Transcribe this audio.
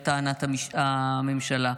לטענת הממשלה.